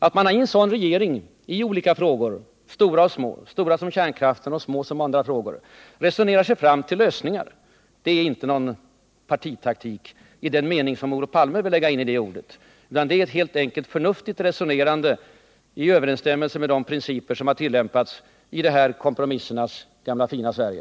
Att man i en sådan regering i stora och små frågor — stora som kärnkraftsfrågan och små som andra frågor — resonerar sig fram till lösningar är inte någon partitaktik i den mening som Olof Palme vill lägga in i det ordet, utan det är helt enkelt ett förnuftigt resonerande i överensstämmelse med de principer som tillämpats i det här kompromissernas gamla fina Sverige.